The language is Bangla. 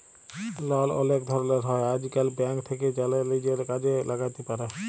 লল অলেক ধরলের হ্যয় আইজকাল, ব্যাংক থ্যাকে জ্যালে লিজের কাজে ল্যাগাতে পার